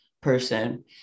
person